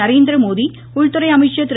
நரேந்திர மோடி உள்துறை அமைசச்ர் திரு